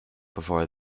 before